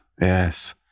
yes